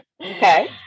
Okay